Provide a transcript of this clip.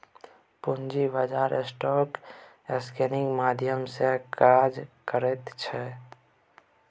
पूंजी बाजार स्टॉक एक्सेन्जक माध्यम सँ काज करैत छै